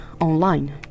online